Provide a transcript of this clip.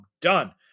done